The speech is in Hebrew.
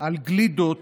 על גלידות